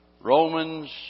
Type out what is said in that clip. Romans